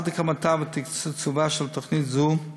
עד להקמתה ותקצובה של תוכנית זו,